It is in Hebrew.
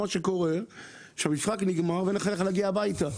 מה שקורה שהמשחק נגמר ואין לך איך להגיע הביתה,